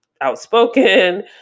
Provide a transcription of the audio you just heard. outspoken